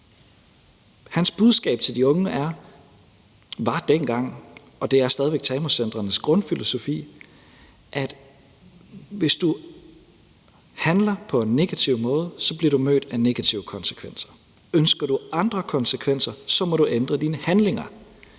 Hans budskab til de unge var dengang, og det er stadig TAMU-centrenes grundfilosofi, at hvis du handler på en negativ måde, bliver du mødt af negative konsekvenser. Ønsker du andre konsekvenser, må du ændre dine handlinger.